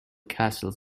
castles